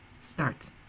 start